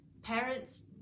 Parents